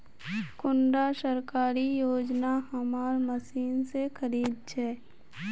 कुंडा सरकारी योजना हमार मशीन से खरीद छै?